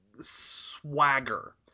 swagger